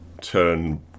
turn